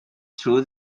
through